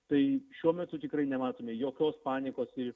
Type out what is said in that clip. tai šiuo metu tikrai nematome jokios panikos ir